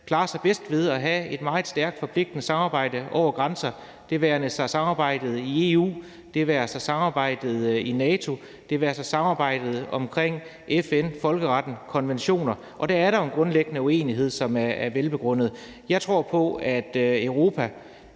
klarer sig bedst ved at have et meget stærkt og forpligtende samarbejde over grænser; det være sig samarbejdet i EU; det være sig samarbejdet i NATO; og det være sig samarbejdet omkring FN, folkeretten og konventioner. Dér er der jo en grundlæggende uenighed, som er velbegrundet. Jeg tror på, at man